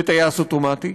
בטייס אוטומטי.